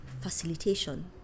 facilitation